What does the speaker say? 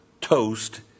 toast